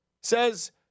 Says